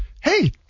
hey